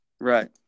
Right